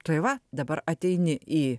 tai va dabar ateini į